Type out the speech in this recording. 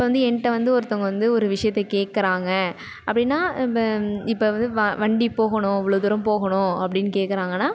இப்போ வந்து என்ட வந்து ஒருத்தவங்க வந்து ஒரு விஷயத்த கேட்குறாங்க அப்படின்னா இப்போ இப்போ வந்து வ வண்டி போகணும் இவ்வளோ தூரம் போகணும் அப்படின்னு கேட்குறாங்கன்னா